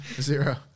Zero